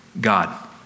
God